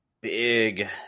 big